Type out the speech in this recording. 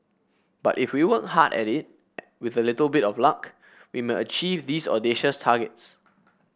but if we work hard at it with a little bit of luck we may achieve these audacious targets